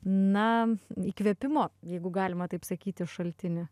na įkvėpimo jeigu galima taip sakyti šaltinį